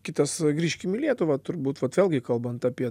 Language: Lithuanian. kitas grįžkim į lietuvą turbūt vat vėlgi kalbant apie